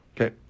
Okay